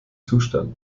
zustand